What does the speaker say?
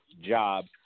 job